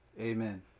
amen